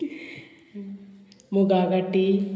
मुगा गाटी